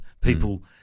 People